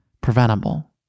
preventable